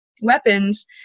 weapons